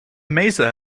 mesa